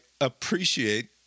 appreciate